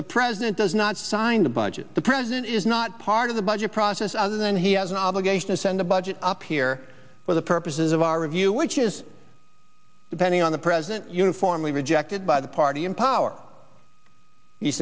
the president does not sign the budget the president is not part of the budget process and then he has an obligation to send a budget up here for the purposes of our review which is depending on the president uniformly rejected by the party in power